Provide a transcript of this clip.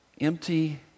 Empty